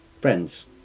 friends